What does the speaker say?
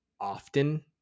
often